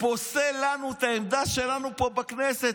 פוסל לנו את העמדה שלנו פה בכנסת.